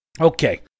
Okay